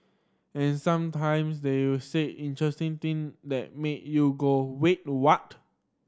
and sometimes they say interesting thing that make you go wait to what